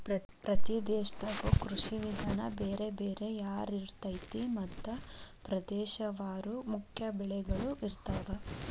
ಪ್ರತಿ ದೇಶದಾಗು ಕೃಷಿ ವಿಧಾನ ಬೇರೆ ಬೇರೆ ಯಾರಿರ್ತೈತಿ ಮತ್ತ ಪ್ರದೇಶವಾರು ಮುಖ್ಯ ಬೆಳಗಳು ಇರ್ತಾವ